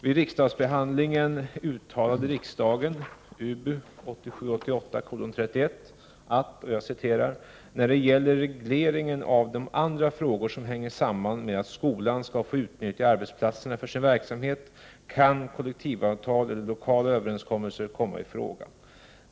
Vid riksdagsbehandlingen uttalade riksdagen att ”när det gäller reglering av de andra frågor som hänger samman med att skolan skall få utnyttja arbetsplatserna för sin verksamhet kan kollektivavtal eller lokala överenskommelser komma i fråga.